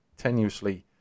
tenuously